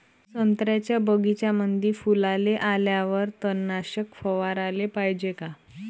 संत्र्याच्या बगीच्यामंदी फुलाले आल्यावर तननाशक फवाराले पायजे का?